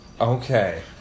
Okay